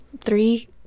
three